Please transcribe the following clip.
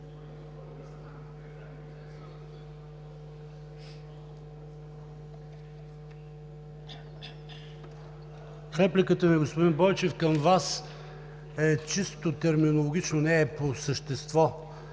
Репликата ми, господин Бойчев, към Вас е чисто терминологично – не е по същество.